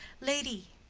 lady,